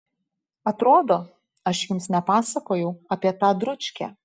atrodo aš jums nepasakojau apie tą dručkę